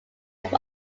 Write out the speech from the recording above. have